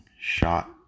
shot